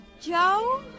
Joe